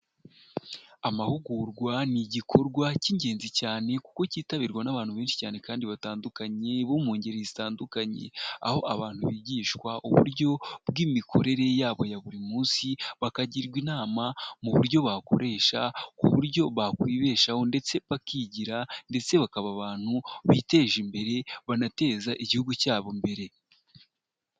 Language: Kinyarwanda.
Amahugurwa ni igikorwa cy'ingenzi cyane, kuko cyitabirwa n'abantu benshi cyane kandi batandukanye bo mu ngeri zitandukanye; aho abantu bigishwa uburyo bw'imikorere yabo ya buri munsi bakagirwa inama mu buryo bakoresha ku buryo bakwibeshaho ndetse bakigira, ndetse bakaba abantu biteje imbere banateza igihugu cyabo imbere.